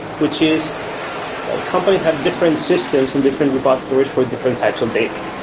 which is companies have different systems and different repositories for different types of data.